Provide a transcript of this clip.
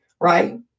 right